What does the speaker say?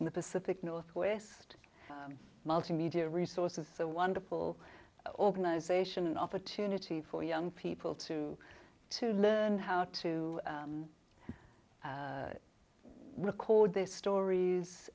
in the pacific northwest multimedia resources so wonderful organization an opportunity for young people to to learn how to record their stories